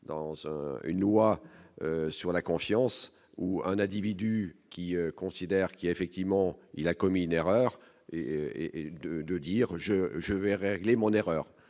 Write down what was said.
dans un une loi sur la confiance ou un individu qui considère qu'il a effectivement il a commis une erreur et et de de dire je, je vais régler mon erreur,